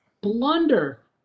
blunder